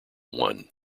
one